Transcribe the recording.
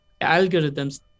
algorithms